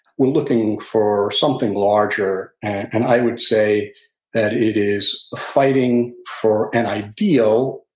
we're looking for something larger, and i would say that it is fighting for an ideal,